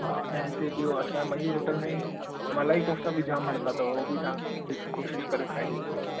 हा ऐं हिते ॿियो असां मयूर होटल में मलाई कोफ्ता बि जाम हलंदा अथव उहे बि तव्हां कोशिशि करे खाई ॾिसिजो